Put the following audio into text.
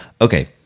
Okay